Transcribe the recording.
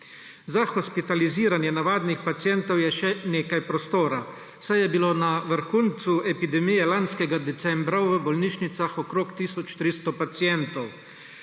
Za hospitaliziranje navadnih pacientov je še nekaj prostora, saj je bilo na vrhuncu epidemije lanskega decembra v bolnišnicah okrog tisoč 300 pacientov.